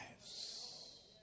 lives